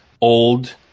old